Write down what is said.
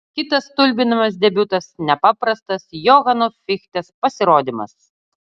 kitas stulbinamas debiutas nepaprastas johano fichtės pasirodymas